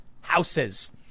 houses